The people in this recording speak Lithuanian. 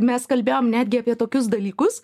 mes kalbėjom netgi apie tokius dalykus